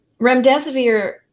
remdesivir